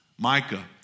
Micah